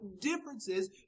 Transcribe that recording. differences